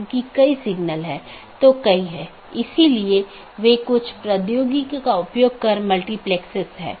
जब ऐसा होता है तो त्रुटि सूचना भेज दी जाती है